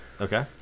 okay